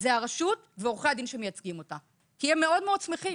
זאת הרשות ועורכי הדין שמייצגים אותה כי הם מאוד מאוד שמחים.